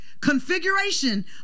configuration